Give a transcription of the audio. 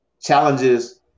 challenges